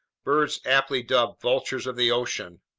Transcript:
birds aptly dubbed vultures of the ocean,